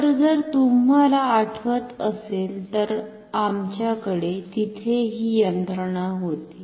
तर जर तुम्हाला आठवत असेल तर आमच्याकडे तिथे ही यंत्रणा होती